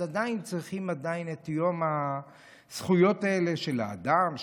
אז עדיין צריכים את יום הזכויות האלה של האדם,